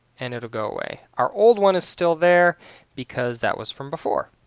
and it'll go away our old one is still there because that was from before.